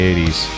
80s